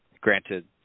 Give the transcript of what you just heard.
Granted